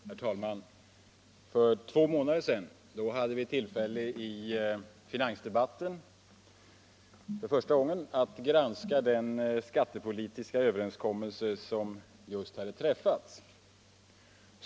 Herr talman! För två månader sedan hade vi i riksdagens finansdebatt ett första tillfälle att granska den skattepolitiska överenskommelse som just hade träffats.